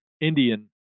Indian